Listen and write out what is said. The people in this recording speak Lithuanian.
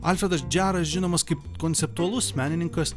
alfredas džeras žinomas kaip konceptualus menininkas